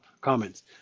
comments